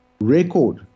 record